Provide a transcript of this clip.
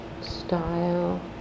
style